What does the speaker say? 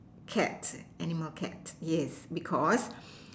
cat animal cat yes because